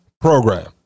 program